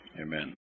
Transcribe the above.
Amen